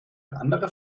andere